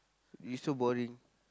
is so boring